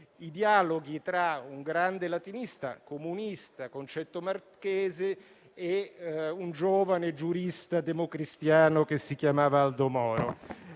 i dialoghi tra un grande latinista comunista, Concetto Marchesi, e un giovane giurista democristiano che si chiamava Aldo Moro.